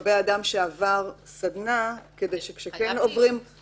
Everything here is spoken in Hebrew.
לגבי אדם שעבר סדנה כדי שכשכן עוברים -- חייב להיות.